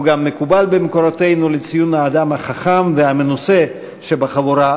והוא גם מקובל במקורותינו לציון האדם החכם והמנוסה שבחבורה.